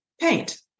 Paint